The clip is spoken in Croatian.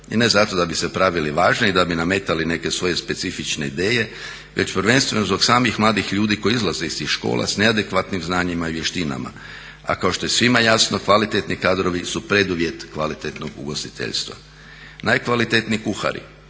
i ne zato da bi se pravili važni i da bi nametali neke svoje specifične ideje već prvenstveno zbog samih mladih ljudi koji izlaze iz tih škola s neadekvatnim znanjima i vještinama. A kao što je svima jasno kvalitetni kadrovi su preduvjet kvalitetnog ugostiteljstva. Najkvalitetniji kuhari,